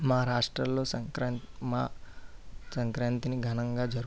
మా రాష్ట్రాలలో సంక్రాంతి మా సంక్రాంతిని ఘనంగా జరుపుతాం